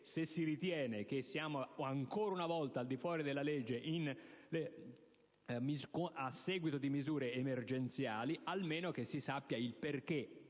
se si ritiene che siamo ancora una volta al di fuori della legge a seguito di misure emergenziali, almeno che si sappia il perché